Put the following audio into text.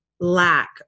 lack